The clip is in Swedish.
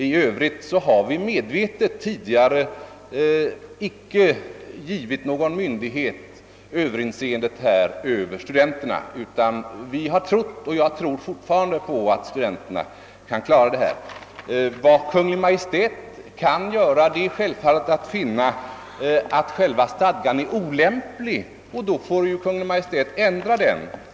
I övrigt kan sägas att vi tidigare medvetet icke givit någon myndighet överinseendet över studenterna, utan vi har trott och tror fortfarande på att studenterna kan klara denna sak. Vad Kungl. Maj:t kan göra är självfallet att finna att själva stadgan är olämplig. Då får Kungl. Maj:t ändra den.